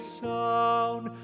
sound